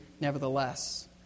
nevertheless